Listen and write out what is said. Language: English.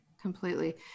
completely